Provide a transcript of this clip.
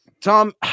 Tom